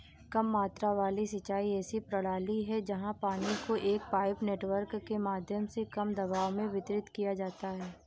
कम मात्रा वाली सिंचाई ऐसी प्रणाली है जहाँ पानी को एक पाइप नेटवर्क के माध्यम से कम दबाव में वितरित किया जाता है